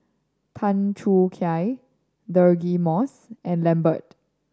Tan Choo Kai Deirdre Moss and Lambert